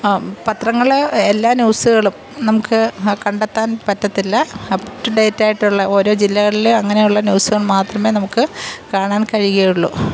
പത്രങ്ങളിൽ എല്ലാ ന്യൂസ്കളും നമുക്ക് കണ്ടെത്താൻ പറ്റത്തില്ല അപ്റ്റുഡേറ്റ് ആയിട്ടുള്ള ഓരോ ജില്ലകളിലെ അങ്ങനെയുള്ള ന്യൂസുകൾ മാത്രമേ നമുക്ക് കാണാൻ കഴിയുകയുള്ളൂ